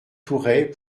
tourret